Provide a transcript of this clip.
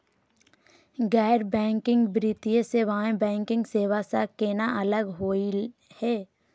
गैर बैंकिंग वित्तीय सेवाएं, बैंकिंग सेवा स केना अलग होई हे?